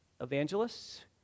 evangelists